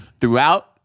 throughout